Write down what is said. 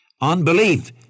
Unbelief